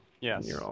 Yes